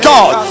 God